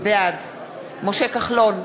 בעד משה כחלון,